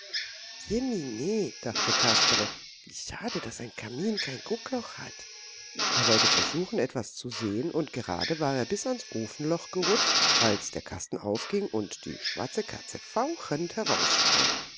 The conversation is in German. dachte kasperle wie schade daß ein kamin kein guckloch hat er wollte versuchen etwas zu sehen und gerade war er bis ans ofenloch gerutscht als der kasten aufging und die schwarze katze fauchend heraussprang